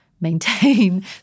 maintain